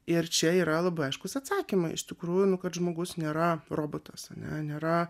ir čia yra labai aiškūs atsakymai iš tikrųjų nu kad žmogus nėra robotas ane nėra